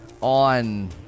on